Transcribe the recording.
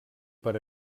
per